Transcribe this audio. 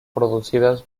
producidas